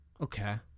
Okay